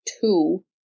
two